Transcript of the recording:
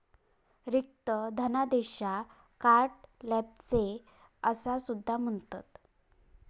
रिक्त धनादेशाक carte blanche असा सुद्धा म्हणतत